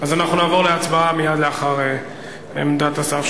אז אנחנו נעבור להצבעה מייד לאחר עמדת השר.